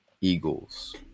eagles